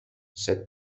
said